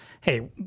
hey